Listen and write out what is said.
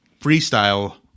freestyle